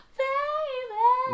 baby